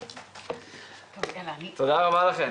נעולה.